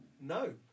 No